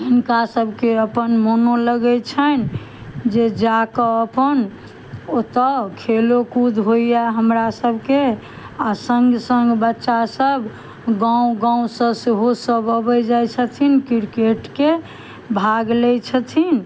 हिनका सबके अपन मोनो लगै छनि जे जाकऽ अपन ओतऽ खेलो कूद होइए हमरा सबके आ सङ्ग सङ्ग बच्चा सब गाँव गाँवसँ सेहो सब अबै जाइ छथिन क्रिकेटके भाग लै छथिन